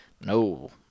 No